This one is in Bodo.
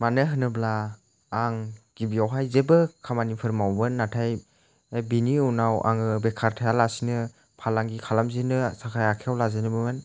मानो होनोब्ला आं गिबियावहाय जेबो खामानिफोर मावामोन नाथाय बिनि उनाव आङो बेखार थायालासिनो फालांगि खालामफिननो थाखाय आखाइआव लाजेनोमोन